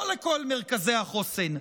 לא לכל מרכזי החוסן,